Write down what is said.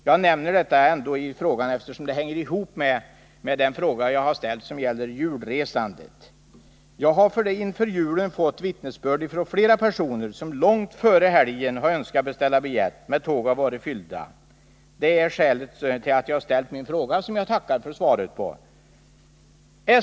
Jag nämner detta, eftersom det hänger ihop med den fråga jag har ställt som gäller julresandet. Jag har inför julen fått vittnesbörd från flera personer som långt före helgen önskat beställa tågbiljetter men fått till svar att tågen redan varit fyllda. Detta är skälet till att jag har ställt min fråga, som jag tackar för svaret på.